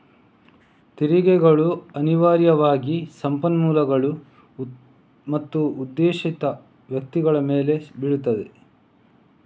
ತೆರಿಗೆಗಳು ಅನಿವಾರ್ಯವಾಗಿ ಸಂಪನ್ಮೂಲಗಳು ಮತ್ತು ಉದ್ದೇಶಿತ ವ್ಯಕ್ತಿಗಳ ಮೇಲೆ ಬೀಳುತ್ತವೆ